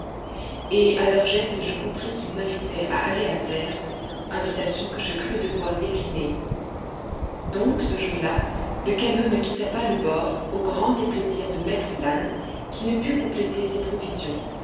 et à leurs gestes je compris qu'ils m'invitaient à aller à terre invitation que je crus devoir décliner donc ce jour-là le canot ne quitta pas le bord au grand déplaisir de maître land qui ne put compléter ses provisions